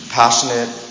passionate